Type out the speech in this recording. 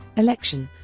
election